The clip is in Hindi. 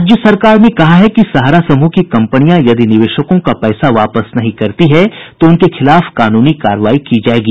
राज्य सरकार ने कहा है कि सहारा समूह की कंपनियां यदि निवेशकों का पैसा वापस नहीं करती है तो उनके खिलाफ कानूनी कार्रवाई की जायेगी